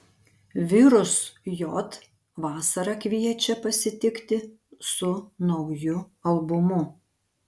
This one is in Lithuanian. virus j vasarą kviečia pasitikti su nauju albumu